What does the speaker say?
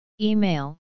Email